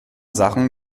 sachen